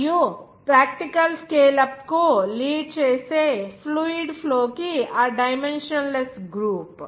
మరియు practical scale up కు lead చేసే ఫ్లూయిడ్ ఫ్లో కి ఆ డైమెన్షన్ లెస్ గ్రూప్